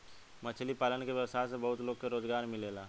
मछली पालन के व्यवसाय से बहुत लोग के रोजगार मिलेला